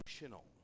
emotional